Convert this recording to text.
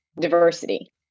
diversity